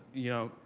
you know,